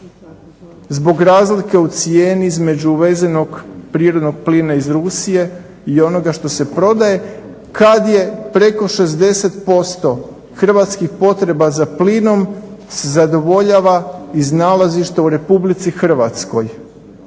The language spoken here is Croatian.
zbog razlike u cijeni između uvezenog prirodnog plina iz Rusije i onoga što se prodaje kad je preko 60% hrvatskih potreba za plinom se zadovoljava iz nalazišta u Republici Hrvatskoj